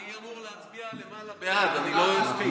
אני אמור להצביע למעלה, בעד, אני לא אספיק.